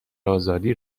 آزادی